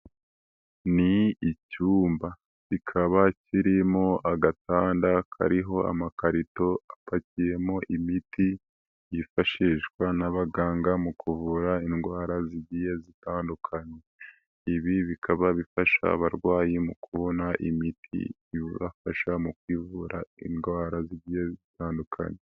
Ni icyumba kikaba kirimo agatanda kariho amakarito apakiyemo imiti yifashishwa n'abaganga mu kuvura indwara zigiye zitandukanye, ibi bikaba bifasha abarwayi mu kubona imiti ibafasha mu kwivura indwara zigiye zitandukanye.